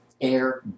Air